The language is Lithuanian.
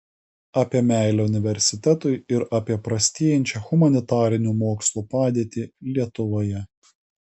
apie meilę universitetui ir apie prastėjančią humanitarinių mokslų padėtį lietuvoje